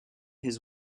his